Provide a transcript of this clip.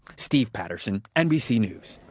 steve patterson, nbc news.